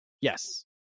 yes